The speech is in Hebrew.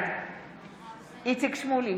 בעד איציק שמולי,